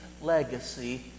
legacy